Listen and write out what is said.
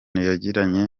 yagiranye